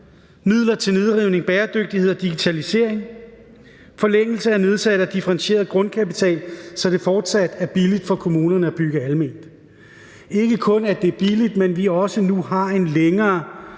midler til nedrivning, bæredygtighed og digitalisering; forlængelse af nedsat og differentieret grundkapital, så det fortsat er billigt for kommunerne at bygge alment – ikke kun, at det er billigt, men så vi også nu har en længere